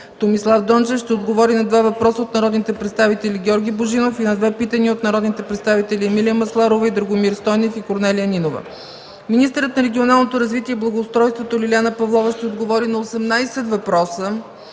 Томислав Дончев ще отговори на два въпроса от народния представител Георги Божинов и на две питания от народните представители Емилия Масларова и Драгомир Стойнев, и Корнелия Нинова. Министърът на регионалното развитие и благоустройството Лиляна Павлова ще отговори на 18 въпроса